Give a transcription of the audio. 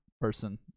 person